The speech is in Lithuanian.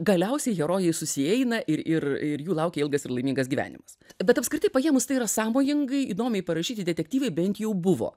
galiausiai herojai susieina ir ir ir jų laukia ilgas ir laimingas gyvenimas bet apskritai paėmus tai yra sąmojingai įdomiai parašyti detektyvai bent jau buvo